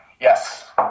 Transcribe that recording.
Yes